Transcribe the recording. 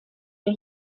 der